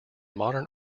modern